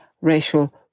racial